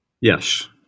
Yes